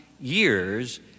years